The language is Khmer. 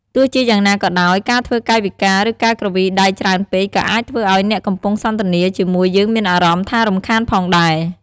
ទោះជាយ៉ាងណាក៏ដោយ ការធ្វើកាយវិការ ឬការគ្រវីដៃច្រើនពេកក៏អាចធ្វើឱ្យ អ្នកកំពុងសន្ទនាជាមួយយើងមានអារម្មណ៍ថារំខានផងដែរ។